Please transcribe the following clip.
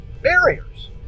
barriers